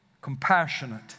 compassionate